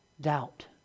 doubt